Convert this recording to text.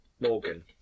Morgan